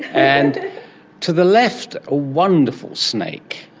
and to the left, a wonderful snake,